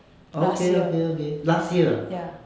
orh okay okay okay last year ah